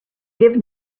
given